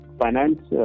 finance